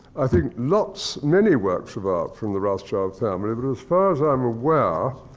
i think lots, many works of art from the rothschild family. but as far as i'm aware,